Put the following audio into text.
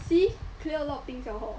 see clear a lot of things hor